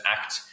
act